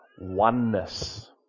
oneness